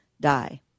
die